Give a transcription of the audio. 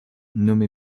nommé